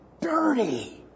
dirty